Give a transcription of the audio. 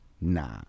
Nah